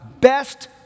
best